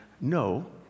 no